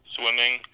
swimming